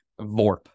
VORP